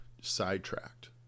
sidetracked